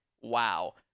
wow